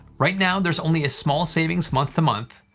right now there's only a small savings month-to-month,